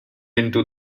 into